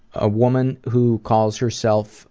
a woman who calls herself